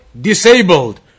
disabled